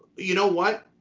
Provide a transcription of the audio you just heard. you know what?